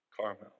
Carmel